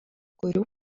kurių